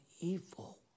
evil